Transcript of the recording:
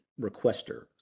requester